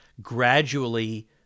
gradually